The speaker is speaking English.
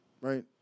Right